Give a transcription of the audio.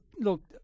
Look